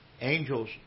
angels